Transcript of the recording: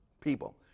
people